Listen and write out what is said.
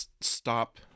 stop